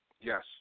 Yes